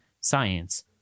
science